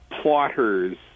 plotters